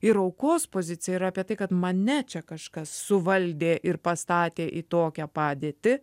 ir aukos pozicija yra apie tai kad mane čia kažkas suvaldė ir pastatė į tokią padėtį